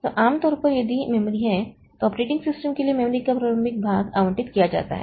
तो आम तौर पर यदि मेमोरी है तो ऑपरेटिंग सिस्टम के लिए मेमोरी का प्रारंभिक भाग आवंटित किया जाता है